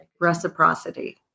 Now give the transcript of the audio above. Reciprocity